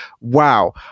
Wow